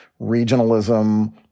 Regionalism